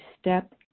step